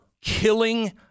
killing